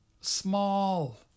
small